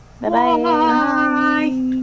Bye-bye